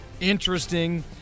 interesting